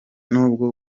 nibwo